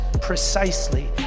precisely